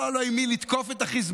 לא היה לו עם מי לתקוף את החיזבאללה.